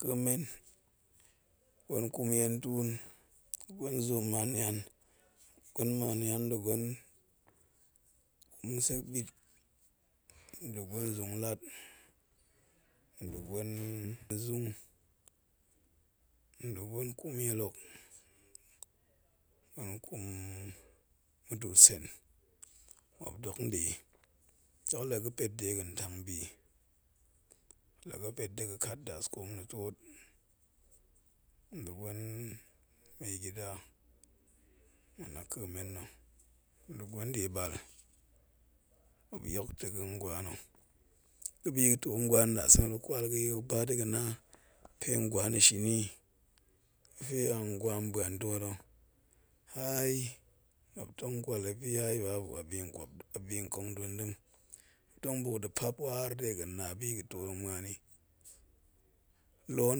Ka̱ men, gwen kum yentuum, nda̱ gwen zoom nian, nda̱gwen sekbit, da̱ gwen zoonglat, nda̱ gwen zunghat, nda̱wgwe kungyil luk, gwen kum muduut sen, muop dok nde. Dok la ga̱ pet den tang bi, la ga̱ pet da̱ ga̱ kat daskoom ma̱ tuok nda̱ gwen mai gida, ma̱ na ka̱ men na̱ nda̱ gwen diebal, muop yok ta̱ ga̱n gwa na̱, pe bi ga̱ too ngwa nna̱ ndasa̱na̱ nga̱ kwal ga̱yi, ba da̱ ga̱ nga̱ kwal ga̱yi ba da̱ga̱ na pengwana shini ga̱fe a ngwa buan too ta̱, hai muop tong kwap muop yin hai babu, abin kong duen dem muop tong book la̱ paap war ga̱ too tong muanyi. Loon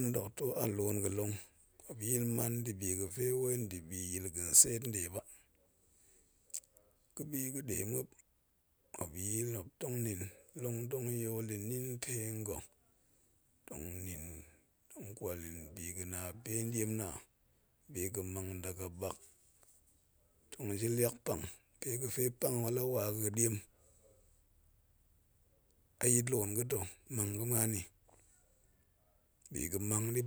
nna̱ dok too a loon ga̱ dong muop yil man nda̱bi ga̱fe wai ndibi, ga̱n set wai nde ba, ga̱bi ga̱de muop, muop yil muop tong na̱a̱n, long tong yol da̱ na̱a̱n penga̱, tong na̱a̱n tong kwal yin gu na pe nde na̱? Bi ga̱ mang daga bak tong ji liak pang pega̱fe pang hok la̱ wada̱ta, a yit loon ga̱ ta̱, mang ga̱ muan nni